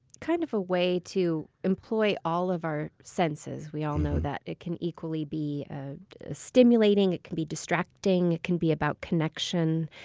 kind of a way to employ all of our senses. we all know that it can equally be ah stimulating, it can be distracting, it can be about connection.